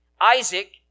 Isaac